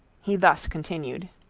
he thus continued